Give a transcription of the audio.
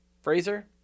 Fraser